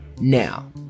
now